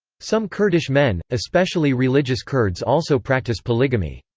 some kurdish men, especially religious kurds also practice polygamy.